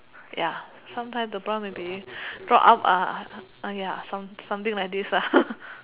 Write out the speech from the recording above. ya sometime the bra maybe drop out ah ya something like this ah